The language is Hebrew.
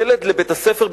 ילד שילך לבית הספר,